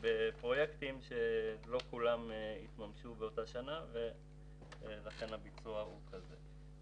מדובר בפרויקטים שלא כולם התממשו באותה שנה ולכן הביצוע הוא כזה.